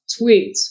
tweets